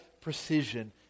precision